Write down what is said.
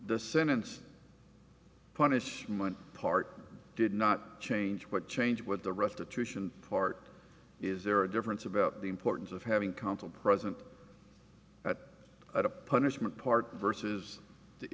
the sentence punishment part did not change what change would the restitution part is there a difference about the importance of having counsel present at a punishment court versus the